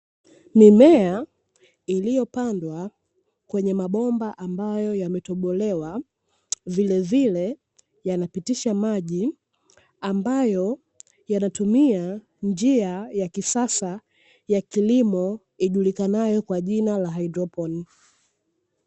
Mimea iliyopandwa katika mabomba yaliyotobolewa, vilevile yanapitisha maji ambayo yanatumia njia ya kisasa ya kilimo ijukanayo kwa jina la haidroponiki.